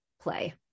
play